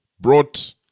brought